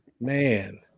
man